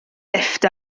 lifft